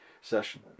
session